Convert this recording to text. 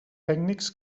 tècnics